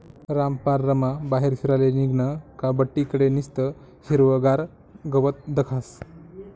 रामपाररमा बाहेर फिराले निंघनं का बठ्ठी कडे निस्तं हिरवंगार गवत दखास